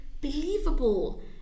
believable